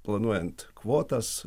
planuojant kvotas